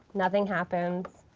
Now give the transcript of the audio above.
nothing happens,